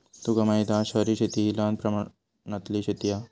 तुका माहित हा शहरी शेती हि लहान प्रमाणातली शेती हा